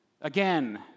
again